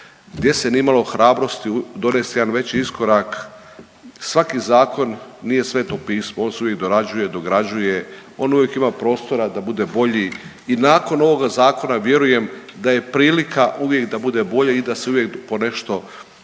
gdje se nije imalo hrabrosti donesti jedan veći iskorak. Svaki zakon nije sveto pismo. On se uvijek dorađuje, dograđuje, on uvijek ima prostora da bude bolji i nakon ovoga zakona vjerujem da je prilika uvijek da bude bolje i da se uvijek po nešto napravi.